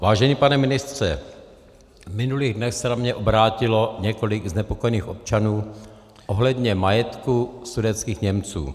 Vážený pane ministře, v minulých dnech se na mě obrátilo několik znepokojených občanů ohledně majetku sudetských Němců.